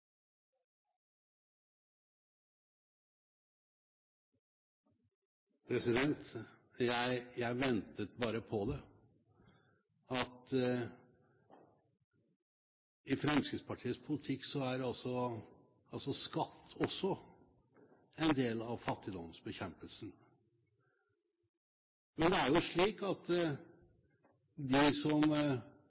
Jeg ventet bare på det. I Fremskrittspartiets politikk er altså skatt også en del av fattigdomsbekjempelsen. Men det er jo slik at de som